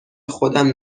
خودم